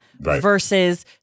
versus